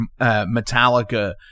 Metallica